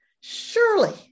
surely